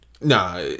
Nah